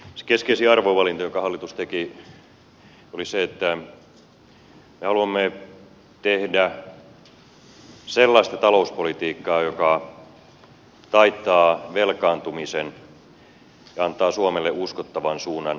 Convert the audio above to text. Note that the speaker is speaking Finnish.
se keskeisin arvovalinta jonka hallitus teki oli se että me haluamme tehdä sellaista talouspolitiikkaa joka taittaa velkaantumisen ja antaa suomelle uskottavan suunnan eteenpäin